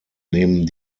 neben